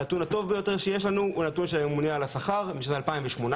הנתון הטוב ביותר שיש לנו הוא נתון של הממונה על השכר משנת 2018